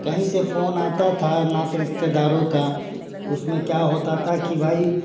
कहीं से फोन आता था नाते रिश्तेदारों का तो उसमें क्या होता था कि भाई